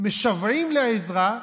משוועים לעזרה,